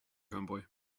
homeboy